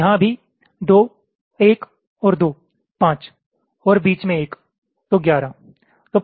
यहां भी 2 1 और 2 5 और बीच मे 1 तो 11